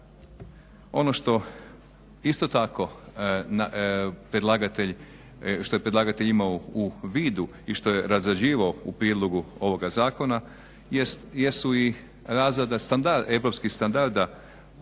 Ono što je isto tako predlagatelj imao u vidu i što je razrađivao u prijedlogu ovoga zakona jesu i razrada europskih standarda